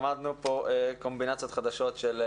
למדנו כאן קומבינציות חדשות של מונחים.